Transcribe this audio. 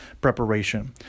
preparation